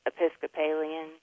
Episcopalian